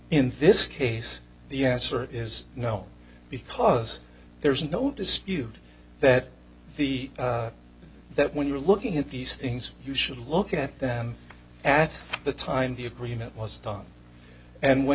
in this case the answer is no because there's no dispute that the that when you're looking at these things you should look at them at the time the agreement was done and when